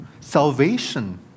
Salvation